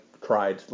cried